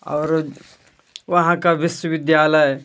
और वहाँ का विश्वविद्यालय